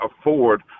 afford